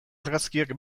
argazkiak